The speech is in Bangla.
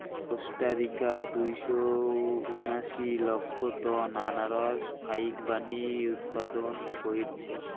কোস্টারিকা দুইশো উনাশি লক্ষ টন আনারস ফাইকবানী উৎপাদন কইরছে